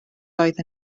oedd